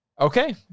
Okay